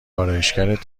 آرایشگرت